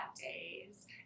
days